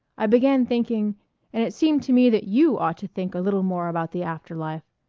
i began thinking and it seemed to me that you ought to think a little more about the after-life.